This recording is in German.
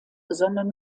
sondern